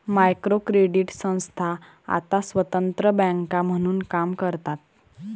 micro credit संस्था आता स्वतंत्र बँका म्हणून काम करतात